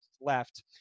left